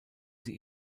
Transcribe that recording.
sie